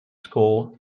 school